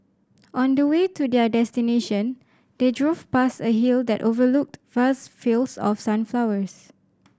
on the way to their destination they drove past a hill that overlooked vast fields of sunflowers